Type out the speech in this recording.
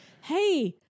Hey